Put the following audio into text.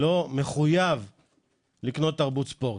לא מחויב לקנות תרבות ספורט?